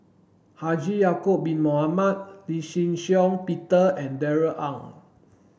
Haji Ya'acob bin Mohamed Lee Shih Shiong Peter and Darrell Ang